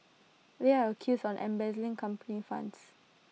they are accused on embezzling company funds